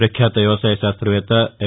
ప్రఖ్యాత వ్యవసాయ శాస్త్రవేత్త ఎం